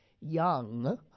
young